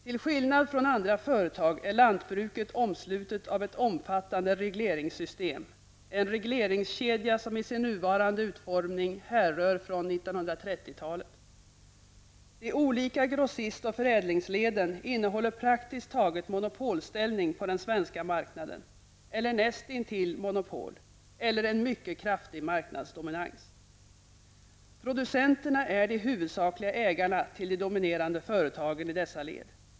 Till skillnad från andra företag är lantbruket omslutet av ett omfattande regleringssystem -- en regleringskedja som i sin nuvarande utformning härrör från 1930-talet. De olika grossist och förädlingsleden innehar praktiskt taget monopolställning, eller näst intill monopol, på den svenska marknaden eller en mycket kraftig marknadsdominans. Producenterna är de huvudsakliga ägarna till de dominerande företagen i dessa led.